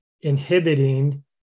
inhibiting